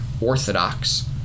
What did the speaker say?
Orthodox—